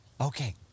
Okay